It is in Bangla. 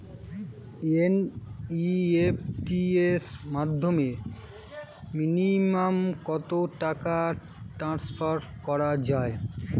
এন.ই.এফ.টি র মাধ্যমে মিনিমাম কত টাকা টান্সফার করা যায়?